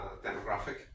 demographic